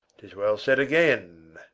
tis well said agen,